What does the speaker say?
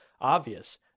obvious